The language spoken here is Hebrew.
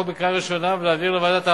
בקריאה ראשונה ולהעבירה לוועדת העבודה,